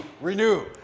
Renew